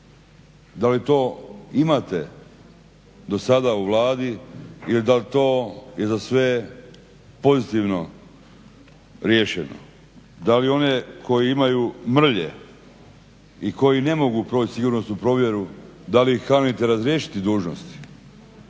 da li to imate do sada u Vladi i da li je to za sve pozitivno riješeno? Da li one koje imaju mrlje i koji ne mogu proći sigurnosnu provjeru da li ih kanite razriješiti dužnosti?